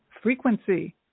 frequency